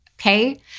okay